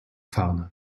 farne